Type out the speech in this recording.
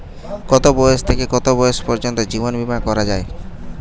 কতো বয়স থেকে কত বয়স পর্যন্ত জীবন বিমা করা যায়?